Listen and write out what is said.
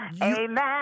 Amen